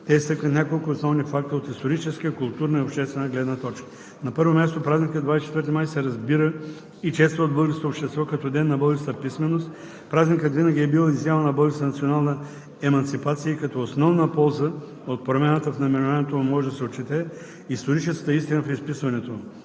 те изтъкват няколко основни факта от историческа, културна и обществена гледна точка. На първо място празникът 24 май се разбира и чества от българското общество като ден на българската писменост. Празникът винаги е бил изява на българската национална еманципация и като основна полза от промяната в наименованието му може да се отчете историческата истина в изписването